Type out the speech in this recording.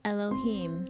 Elohim